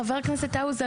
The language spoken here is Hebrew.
חבר הכנסת האוזר,